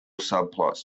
subplots